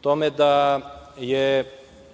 tome da je